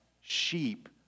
sheep